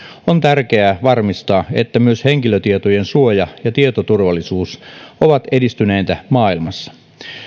on tärkeää varmistaa että myös henkilötietojen suoja ja tietoturvallisuus ovat edistyneintä maailmassa